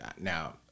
Now